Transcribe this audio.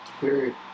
Period